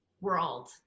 world